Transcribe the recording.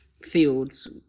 fields